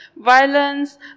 violence